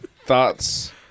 Thoughts